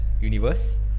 universe